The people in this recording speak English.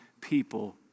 people